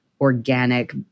organic